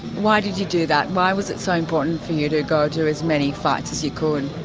why did you do that? why was it so important for you to go to as many fights as you could?